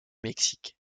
mexique